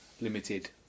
Limited